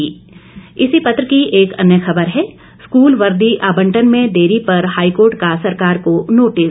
अमर उजाला की एक खबर है स्कूल वर्दी आबंटन में देरी पर हाईकोर्ट का सरकार को नोटिस